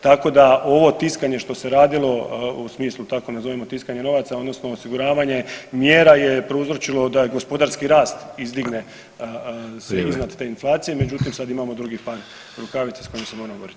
Tako da ovo tiskanje što se radilo u smislu tako nazovimo tiskanje novaca odnosno osiguravanje mjera je prouzročilo da gospodarski rast izdigne [[Upadica: Vrijeme.]] se iznad te inflacije, međutim sad imamo drugi par rukavica s kojim se moramo boriti.